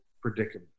predicament